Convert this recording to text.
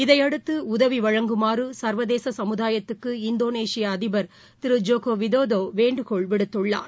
இதைஅடுத்துஉதவிவழங்மாறுசா்வதேசசமுதாயத்துக்கு இந்தோனேஷிய அதிபர் திருஜோகோவிடோடோவேண்டுகோள் விடுத்துள்ளார்